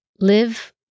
Live